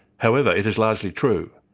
however, it is largely true.